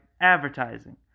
advertising